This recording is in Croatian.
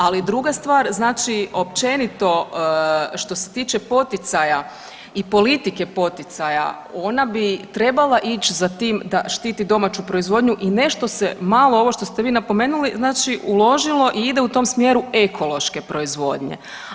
Ali druga stvar, znači općenito što se tiče poticaja i politike poticaja ona bi trebala ići za tim da štiti domaću proizvodnju i nešto se malo ovo što ste vi napomenuli, znači uložilo i ide u tom smjeru ekološke proizvodnje.